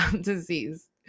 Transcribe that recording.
disease